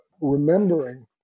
remembering